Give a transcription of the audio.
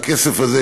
והכסף הזה,